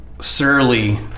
surly